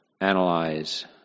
analyze